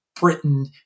Britain